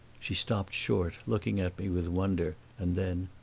she stopped short, looking at me with wonder and then,